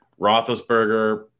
Roethlisberger –